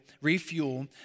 refuel